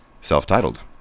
Self-titled